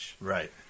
Right